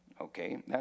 Okay